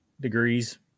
degrees